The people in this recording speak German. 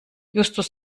justus